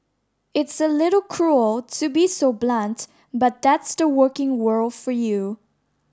it's a little cruel to be so blunt but that's the working world for you